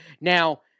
Now